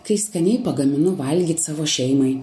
kai skaniai pagaminu valgyt savo šeimai